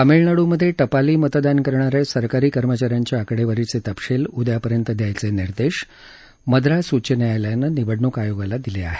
तामिळनाडूमधे टपाली मतदान करणा या सरकारी कर्मचा यांच्या आकडेवारीचे तपशील उद्यापर्यंत द्यायचे निर्देश मद्रास उच्च न्यायालयानं निवडणूक आयोगाला दिले आहेत